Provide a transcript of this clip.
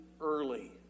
early